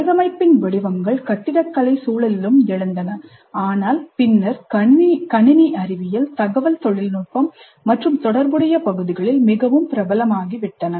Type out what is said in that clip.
வடிவமைப்பின் வடிவங்கள் கட்டிடக்கலை சூழலிலும் எழுந்தன ஆனால் பின்னர் கணினி அறிவியல் தகவல் தொழில்நுட்பம் மற்றும் தொடர்புடைய பகுதிகளில் மிகவும் பிரபலமாகிவிட்டன